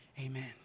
Amen